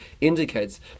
indicates